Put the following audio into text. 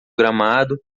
gramado